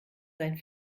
sein